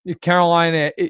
Carolina